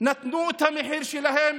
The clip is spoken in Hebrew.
שנתנו את המחיר שלהם.